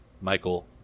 Michael